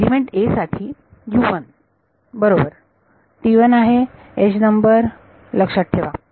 element a साठी बरोबर आहे एज नंबर लक्षात ठेवा